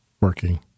working